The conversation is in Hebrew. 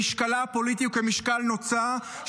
שמשקלה הפוליטי הוא כמשקל נוצה,